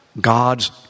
God's